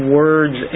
words